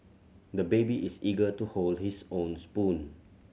the baby is eager to hold his own spoon